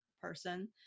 person